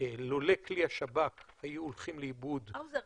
לולא כלי השב"כ היו הולכים לאיבוד --- האוזר,